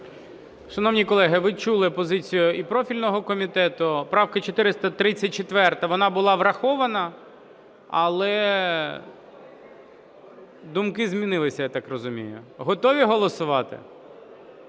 Шановні колеги, ви чули позицію і профільного комітету. Правка 434, вона була врахована, але думки змінилися, я так розумію. Готові голосувати?